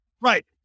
Right